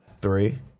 three